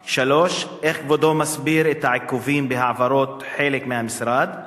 3. איך כבודו מסביר את העיכובים בהעברות חלק המשרד?